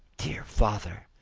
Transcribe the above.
dear father!